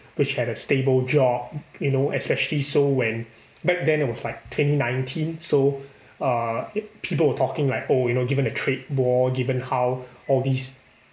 which had a stable job you know especially so when back then it was like twenty nineteen so uh people were talking like oh you know given the trade war given how all these